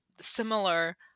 similar